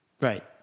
Right